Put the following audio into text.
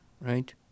right